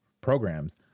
programs